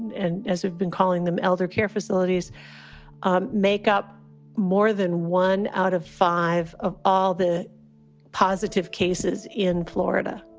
and as we've been calling them, elder care facilities um make up more than one out of five of all the positive cases in florida